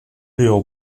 your